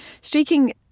Streaking